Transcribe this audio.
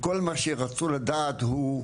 וכל מה שרצו לדעת הוא,